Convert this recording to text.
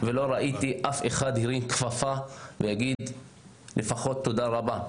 ולא ראיתי שאף אחד הרים כפפה ואמר לפחות תודה רבה.